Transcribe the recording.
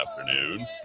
afternoon